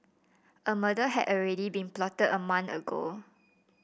a murder had already been plotted a month ago